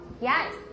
Yes